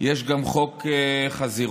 יש גם חוק חזירות.